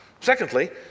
Secondly